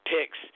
picks